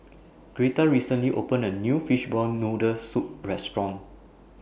Gretta recently opened A New Fishball Noodle Soup Restaurant